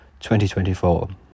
2024